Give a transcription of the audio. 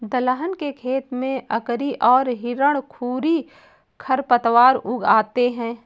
दलहन के खेत में अकरी और हिरणखूरी खरपतवार उग आते हैं